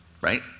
right